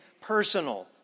personal